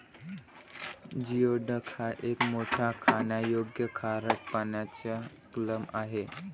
geoduck हा एक मोठा खाण्यायोग्य खारट पाण्याचा क्लॅम आहे